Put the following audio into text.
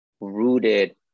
rooted